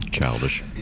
Childish